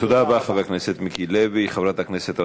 תודה רבה, חבר הכנסת מיקי לוי.